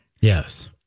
Yes